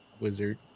wizard